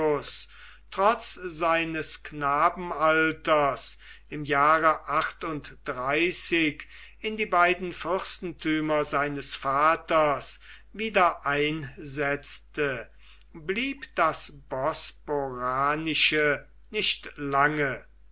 trotz seines knabenalters im jahre in die beiden fürstenrömer seines vaters wieder einsetzte blieb das bosporanische nicht lange